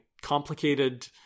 complicated